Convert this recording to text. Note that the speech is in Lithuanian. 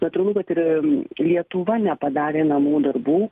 natūralu kad ir lietuva nepadarė namų darbų